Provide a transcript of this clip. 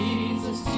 Jesus